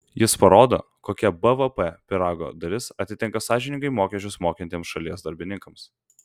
jis parodo kokia bvp pyrago dalis atitenka sąžiningai mokesčius mokantiems šalies darbininkams